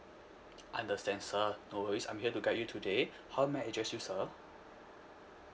understand sir always I'm here to guide you today how may I address you sir